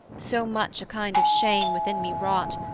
so much a kind of shame within me wrought,